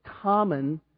common